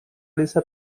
lisa